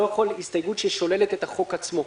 יכול להגיש הסתייגות ששוללת את החוק עצמו.